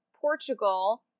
Portugal